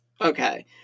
Okay